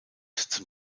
zum